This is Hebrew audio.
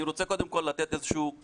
אני רוצה קודם כול לתת קונטקסט.